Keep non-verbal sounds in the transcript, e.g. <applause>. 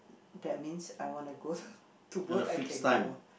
that means I wanna go <breath> to work I can go